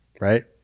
right